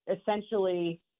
essentially